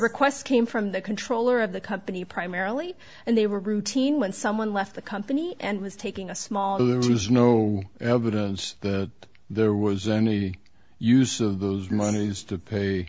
request came from the controller of the company primarily and they were routine when someone left the company and was taking a small there was no evidence that there was any use of those monies to pay